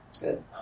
Good